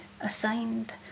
assigned